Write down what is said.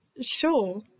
sure